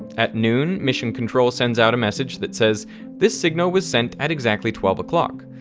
at noon, mission control sends out a message that says this signal was sent at exactly twelve o'clock.